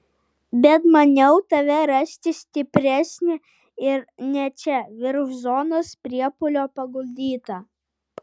bet maniau tave rasti stipresnį ir ne čia virš zonos priepuolio paguldytą